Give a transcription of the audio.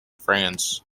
france